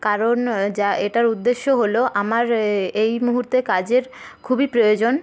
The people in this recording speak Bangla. কারণ যা এটার উদ্দেশ্য হলো আমার এই মুহূর্তে কাজের খুবই প্রয়োজন